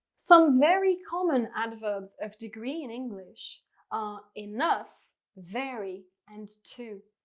some very common adverbs of degree in english are enough, very and too.